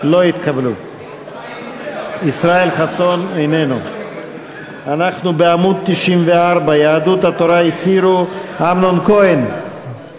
93. ההסתייגויות של חבר הכנסת יצחק הרצוג לסעיף 20,